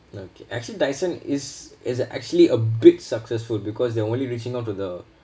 okay actually dyson is is actually a bit successful because they only reaching out to the